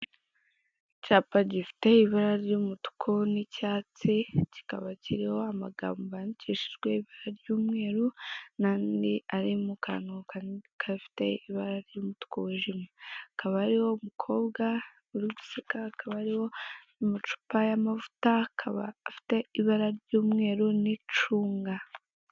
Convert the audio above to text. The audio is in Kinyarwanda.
Icyapa gifite ibata ry'umutuku n'icyatsi kikaba kiriho amagambo yandikiashijwe ibara ry'umweru n'andi ari mu kantu gafite ibara ry'umutuku wijimye, hakaba hariho umukobwa uri gusuka, hakaba hariho amacupa y'amavura akaba afite ibara ry'umweru n'icunga.